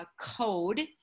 code